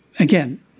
Again